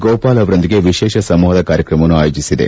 ಗೋಪಾಲ್ ಅವರೊಂದಿಗೆ ವಿಶೇಷ ಸಂವಾದ ಕಾರ್ಯಕ್ರಮವನ್ನು ಆಯೋಜಿಸಿದೆ